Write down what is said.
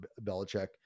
Belichick